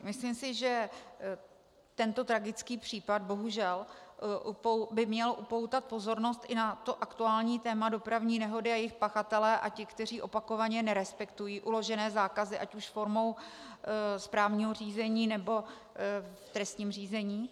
Myslím si, že tento tragický případ, bohužel, by měl upoutat pozornost i na to aktuální téma dopravní nehody a jejich pachatelé a ti, kteří opakovaně nerespektují zákazy uložené ať už formou správního řízení, nebo v trestním řízení.